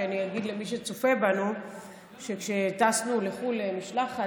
אגיד למי שצופה בנו שכשטסנו לחו"ל למשלחת,